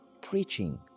preaching